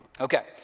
Okay